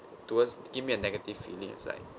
towards give me a negative feeling it's like